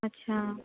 अच्छा